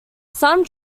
some